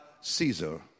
Caesar